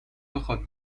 بخواد